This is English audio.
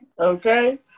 Okay